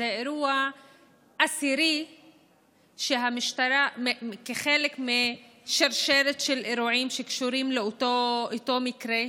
הוא האירוע העשירי כחלק משרשרת של אירועים שקשורים לאותו מקרה,